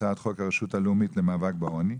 הצעת חוק הרשות הלאומית למאבק בעוני.